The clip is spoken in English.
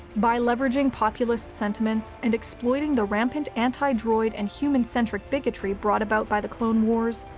by leveraging populist sentiments and exploiting the rampant anti-droid and human-centric bigotry brought about by the clone wars,